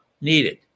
needed